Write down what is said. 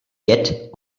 yet